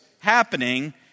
happening